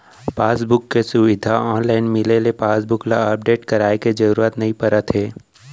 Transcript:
passbook के सुबिधा online मिले ले पासबुक ल अपडेट करवाए के जरूरत नइ परत हे